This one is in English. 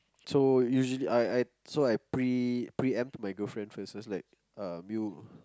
so usually I I so I pre~ preempt my girlfriend first so I was like